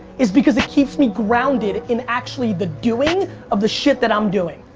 is because it keeps me grounded in actually the doing of the shit that i'm doing.